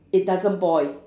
it doesn't boil